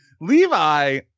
Levi